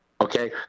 Okay